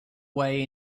way